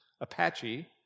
Apache